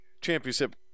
championship